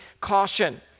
caution